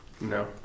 no